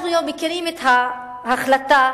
אנחנו מכירים את ההחלטה,